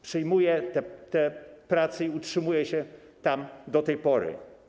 Przyjmuje tę pracę i utrzymuje się tam do tej pory.